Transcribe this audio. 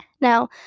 Now